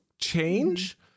change